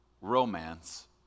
romance